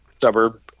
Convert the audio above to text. suburb